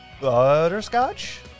butterscotch